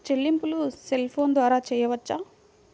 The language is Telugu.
చెల్లింపులు సెల్ ఫోన్ ద్వారా చేయవచ్చా?